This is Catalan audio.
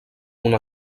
una